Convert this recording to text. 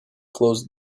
closed